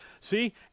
See